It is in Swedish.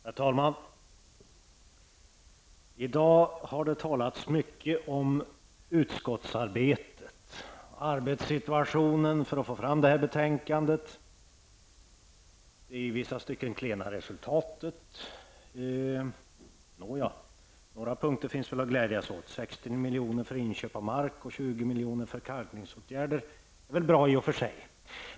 Herr talman! I dag har det talats om mycket om utskottsarbetet, om arbetssituationen när det gällde att få fram det här betänkandet och om det i vissa stycken klena resultatet. Nåja -- några punkter finns väl att glädjas åt: 60 milj.kr. för inköp av mark och 20 milj.kr. för kalkningsåtgärder är väl i och för sig bra.